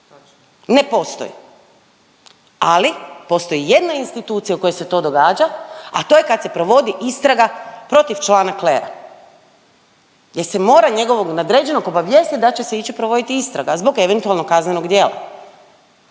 Ne postoji. Ali postoji jedna institucija u kojoj se to događa, a to je kad se provodi istraga protiv člana klera. Jer se mora njegovog nadređenog obavijestit da će se ići provoditi istraga zbog eventualnog kaznenog djela.